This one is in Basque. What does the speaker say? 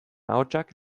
ahotsak